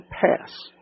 pass